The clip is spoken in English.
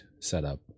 setup